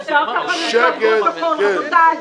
--- אי-אפשר ככה לכתוב פרוטוקול, רבותיי.